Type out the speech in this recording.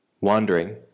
wandering